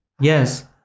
Yes